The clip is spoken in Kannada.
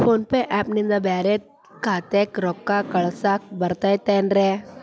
ಫೋನ್ ಪೇ ಆ್ಯಪ್ ನಿಂದ ಬ್ಯಾರೆ ಖಾತೆಕ್ ರೊಕ್ಕಾ ಕಳಸಾಕ್ ಬರತೈತೇನ್ರೇ?